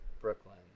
Brooklyn